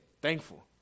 thankful